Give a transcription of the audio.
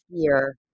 fear